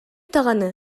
даҕаны